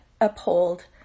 uphold